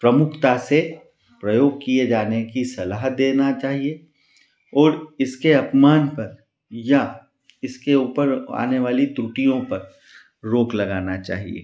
प्रमुखता से प्रयोग किए जाने की सलाह देनी चाहिए और इसके अपमान पर या इसके ऊपर आने वाली त्रुटियों पर रोक लगानी चाहिए